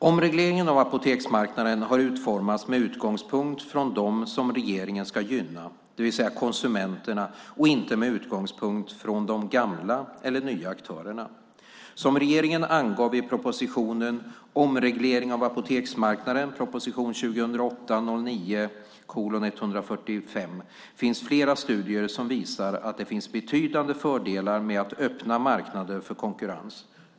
Omregleringen av apoteksmarknaden har utformats med utgångspunkt från dem som regleringen ska gynna, det vill säga konsumenterna, och inte med utgångspunkt från de gamla eller nya aktörerna. Som regeringen angav i propositionen Omreglering av apoteksmarknaden finns flera studier som visar att det finns betydande fördelar med att öppna marknader för konkurrens.